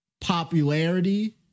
popularity